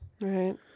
Right